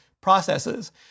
processes